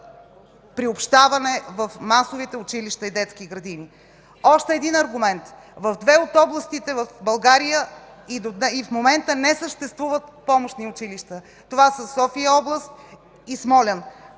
приобщаване в масовите училища и детски градини. Още един аргумент. В две от областите в България и в момента не съществуват помощни училища. Това са София област и Смолян.